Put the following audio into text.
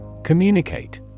Communicate